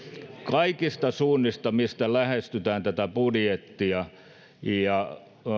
kaikista suunnista mistä lähestytään tätä budjettia ja